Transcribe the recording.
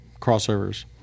crossovers